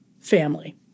Family